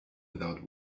without